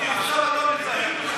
עכשיו אתה מתלהם.